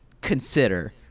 consider